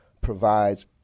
provides